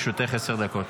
לרשותך עשר דקות.